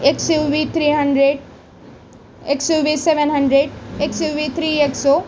XUV three hundred XUV seven hundred XUV three xo